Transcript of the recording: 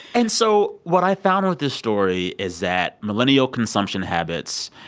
and so what i found with this story is that millennial consumption habits,